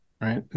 right